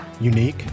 unique